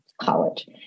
college